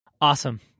Awesome